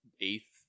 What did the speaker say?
eighth